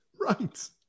Right